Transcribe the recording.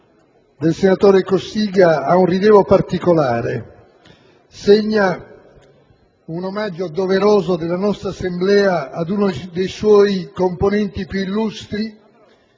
del senatore Cossiga ha un rilievo particolare: segna un omaggio doveroso della nostra Assemblea ad uno dei suoi componenti più illustri,